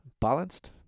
balanced